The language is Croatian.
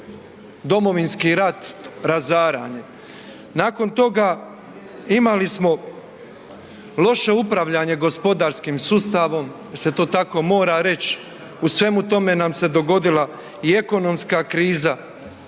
Domovinski rat, razaranje, nakon toga imali smo loše upravljanje gospodarskim sustavom jel se to tako mora reć u svemu tome nam se dogodila i ekonomska kriza